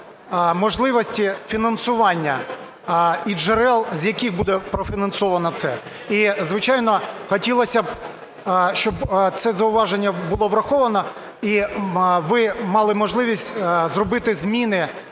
можливості фінансування і джерел, з яких буде профінансовано це. І, звичайно, хотілось би, щоб це зауваження було враховано, і ви мали можливість зробити зміни